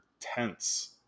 tense